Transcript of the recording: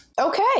okay